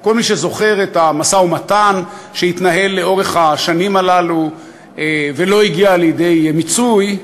כל מי שזוכר את המשא-ומתן שהתנהל לאורך השנים הללו ולא הגיע לידי מיצוי,